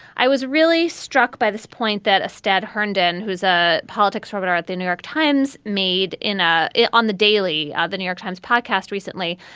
i was really struck by this point that instead herndon, who is a politics governor at the new york times, made in ah a on the daily ah the new york times podcast recently.